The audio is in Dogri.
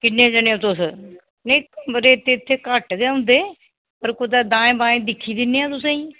किन्ने जन्ने ओ तुस नेईं रेट ते इत्थे घट्ट गै होंदे पर कुदै दाएं बाएं दिक्खी दिन्ने आं तुसेंई